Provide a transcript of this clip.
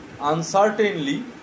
uncertainly